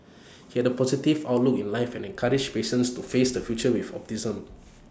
he had A positive outlook in life and encouraged patients to face the future with optimism